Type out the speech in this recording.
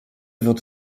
wird